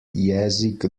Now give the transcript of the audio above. jezik